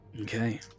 Okay